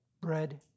bread